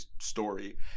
story